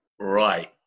Right